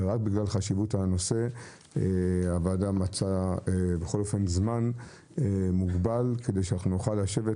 אבל רק בגלל חשיבות הנושא הוועדה מצאה זמן מוגבל כדי שנוכל לשבת,